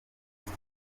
post